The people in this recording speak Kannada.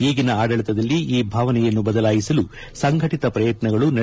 ಈಗಿನ ಆಡಳಿತದಲ್ಲಿ ಈ ಭಾವನೆಯನ್ನು ಬದಲಾಯಿಸಲು ಸಂಘಟಿತ ಶ್ರಯತ್ನಗಳು ನಡೆದಿವೆ